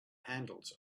handles